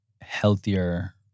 healthier